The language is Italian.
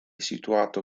situato